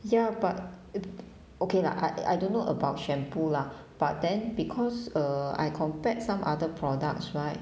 ya but okay lah I I don't know about shampoo lah but then because err I compared some other products right